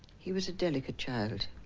he was a delicate child